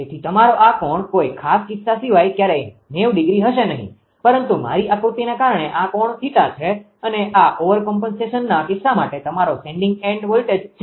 તેથી તમારો આ કોણ કોઈ ખાસ કિસ્સા સિવાય ક્યારેય 90° હશે નહિ પરંતુ મારી આકૃતિને કારણે આ કોણ θ છે અને આ ઓવરકોમ્પનસેશનના કિસ્સા માટે તમારો સેન્ડીંગ એન્ડ વોલ્ટેજ છે